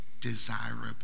desirable